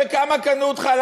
תגיד בכמה קנו אותך.